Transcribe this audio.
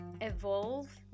evolve